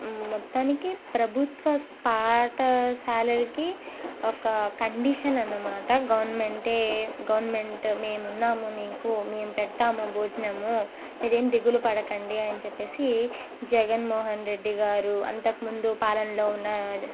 మొత్తానికి ప్రభుత్వ పాఠశాలలకి ఒక కండిషన్ అన్నమాట గవర్నమెంటే గవర్నమెంట్ మేము ఉన్నాము మీకు మేము పెడతాము భోజనము మీరేమి దిగులు పడకండి అని చెప్పేసి జగన్ మోహన్ రెడ్డి గారు అంతకు ముందు పాలనలో ఉన్న